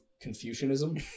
Confucianism